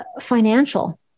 financial